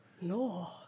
No